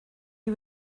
you